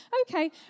Okay